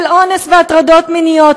של אונס והטרדות מיניות,